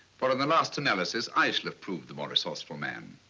for in the last analysis i shall have proved the more resourceful man.